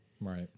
Right